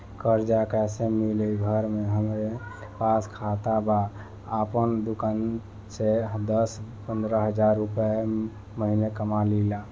कर्जा कैसे मिली घर में हमरे पास खाता बा आपन दुकानसे दस पंद्रह हज़ार रुपया महीना कमा लीला?